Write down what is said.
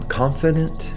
confident